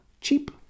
cheap